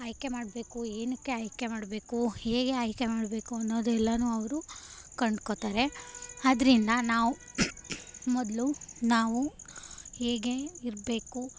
ಆಯ್ಕೆ ಮಾಡಬೇಕು ಏನಕ್ಕೆ ಆಯ್ಕೆ ಮಾಡಬೇಕು ಹೇಗೆ ಆಯ್ಕೆ ಮಾಡಬೇಕು ಅನ್ನೋದೆಲ್ಲನೂ ಅವರು ಕಂಡ್ಕೊಳ್ತಾರೆ ಆದ್ದರಿಂದ ನಾವು ಮೊದಲು ನಾವು ಹೇಗೆ ಇರಬೇಕು